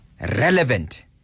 relevant